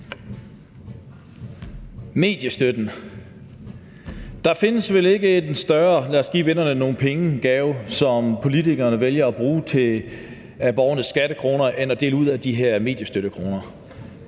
Mediestøtten – der findes vel ikke en større lad os give vennerne nogle penge-gave, som politikerne vælger at bruge af borgernes skattekroner